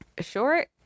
short